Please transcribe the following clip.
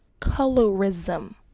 colorism